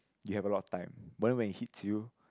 you have a lot of time but then when it hits you